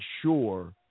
sure